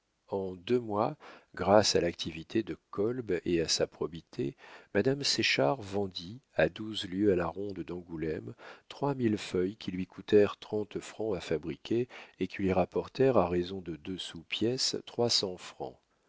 en deux mois grâce à l'activité de kolb et à sa probité madame séchard vendit à douze lieues à la ronde d'angoulême trois mille feuilles qui lui coûtèrent trente francs à fabriquer et qui lui rapportèrent à raison de deux sous pièce